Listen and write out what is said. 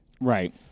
Right